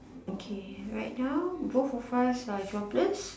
okay right now both of us are jobless